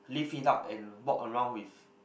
leave it out and walk around with